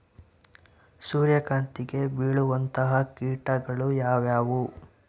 ಸೂರ್ಯಕಾಂತಿಗೆ ಬೇಳುವಂತಹ ಕೇಟಗಳು ಯಾವ್ಯಾವು?